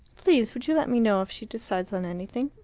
please would you let me know if she decides on anything.